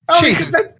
Jesus